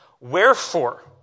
Wherefore